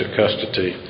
custody